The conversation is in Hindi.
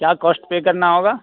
क्या कॉस्ट पे करना होगा